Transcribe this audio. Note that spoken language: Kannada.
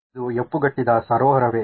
ಇದು ಹೆಪ್ಪುಗಟ್ಟಿದ ಸರೋವರವೇ